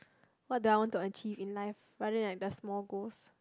what do I want to achieve in life rather than just small goals